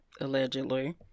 allegedly